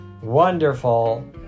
wonderful